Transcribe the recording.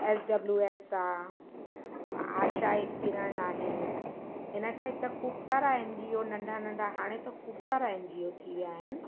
S W S आहे आशा हिकु किरण आहे हिन टाइप जा ख़ूब सारा एन जी ओ नंढा नंढा हाणे त ख़ूब सारा एन जी ओ थी विया आहिनि